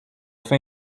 faim